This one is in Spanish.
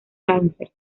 cáncer